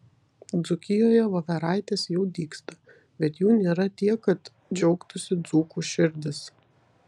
dzūkijoje voveraitės jau dygsta bet jų nėra tiek kad džiaugtųsi dzūkų širdys